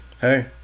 hey